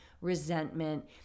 resentment